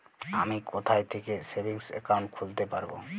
আমি কোথায় থেকে সেভিংস একাউন্ট খুলতে পারবো?